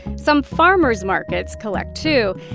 some farmers markets collect, too.